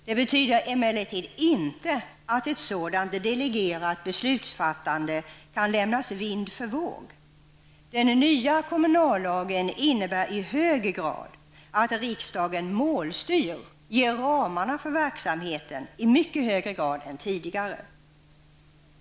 Det betyder emellertid inte att ett sådant delegerat beslutsfattande kan lämnas vind för våg. Den nya kommunallagen innebär i hög grad att riksdagen målstyr, ger ramarna för verksamheten i mycket högre grad än tidigare.